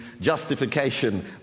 Justification